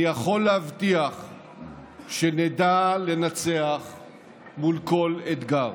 אני יכול להבטיח שנדע לנצח מול כל אתגר,